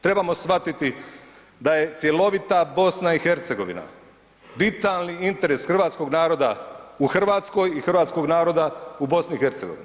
Trebamo shvatiti da je cjelovita BiH vitalni interes hrvatskog naroda u Hrvatskoj i hrvatskog naroda u BiH.